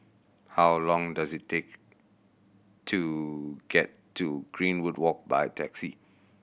how long does it take to get to Greenwood Walk by taxi